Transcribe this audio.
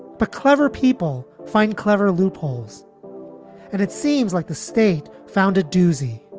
but clever people find clever loopholes, and it seems like the state found a doozy.